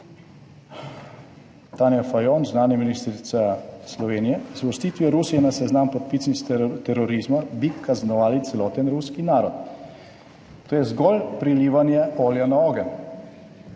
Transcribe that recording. Tanja Fajon, zunanja ministrica Slovenije: »Z uvrstitvijo Rusije na seznam podpisnic terorizma bi kaznovali celoten ruski narod. To je zgolj prilivanje olja na ogenj«.